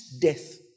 death